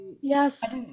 yes